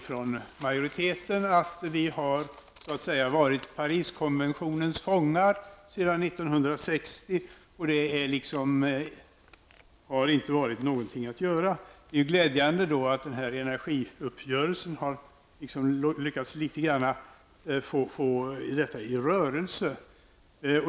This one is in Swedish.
Från majoritetens sida säger man att man varit Paris-konventionens fångar sedan 1960, och det har inte funnits något att göra. Det är glädjande att energiuppgörelsen har lyckats få detta i rörelse.